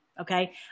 Okay